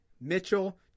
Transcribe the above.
Mitchell